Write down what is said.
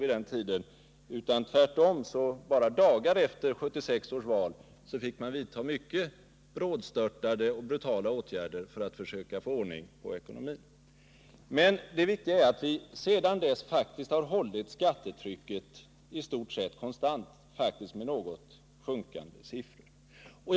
Bara några dagar efter 1976 års val fick vi vidta både brådstörtade och brutala åtgärder för att försöka få ordning på ekonomin. Det viktiga är att vi sedan dess faktiskt har hållit skattetrycket i stort sett konstant, ja faktiskt lyckats nå något sjunkande siffror.